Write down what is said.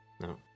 No